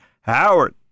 Howard